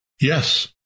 Yes